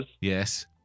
yes